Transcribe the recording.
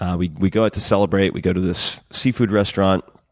um we we go out to celebrate. we go to this seafood restaurant.